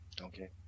Okay